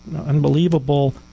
unbelievable